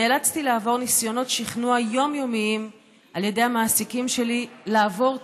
נאלצתי לעבור ניסיונות שכנוע יומיומיים על ידי המעסיקים שלי "לעבור צד"